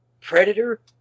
Predator